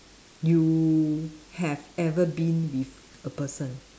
you have ever been with a person